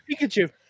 Pikachu